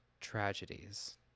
tragedies